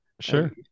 Sure